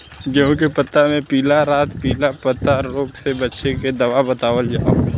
गेहूँ के पता मे पिला रातपिला पतारोग से बचें के दवा बतावल जाव?